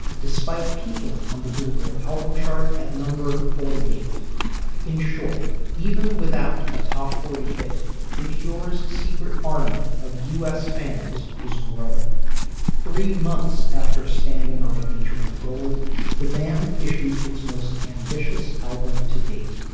despite peaking on the billboard album chart at number forty eight in short even without a top forty hit the cure's secret army of u s. fans was growing three months after standing on a beach went gold the band issued its most ambitious album to date.